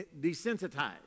desensitized